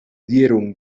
dieron